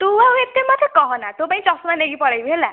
ତୁ ଆଉ ଏତେ ମୋତେ କହନା ତୋ ପାଇଁ ଚଷମା ନେଇକି ପଳେଇବି ହେଲା